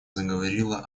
заговорила